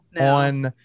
on